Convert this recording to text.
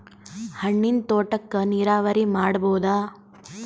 ಹಣ್ಣಿನ್ ತೋಟಕ್ಕ ನೀರಾವರಿ ಮಾಡಬೋದ?